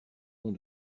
ont